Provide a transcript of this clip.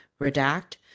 redact